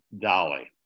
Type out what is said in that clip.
Dolly